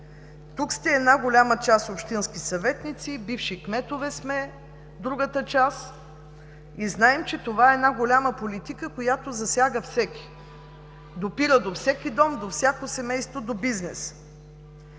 Тук една голяма част сте общински съветници, другата част сме бивши кметове и знаем, че това е една голяма политика, която засяга всеки, допира до всеки дом, до всяко семейство, до бизнес.